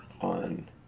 on